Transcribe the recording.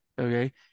okay